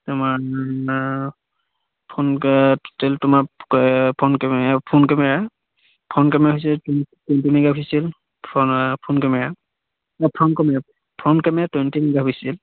তোমাৰ front total তোমাৰ front camera front camera front camera হৈছে twenty mega pixel front front camera front front camera twenty mega pixel